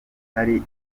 itari